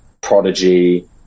Prodigy